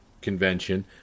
Convention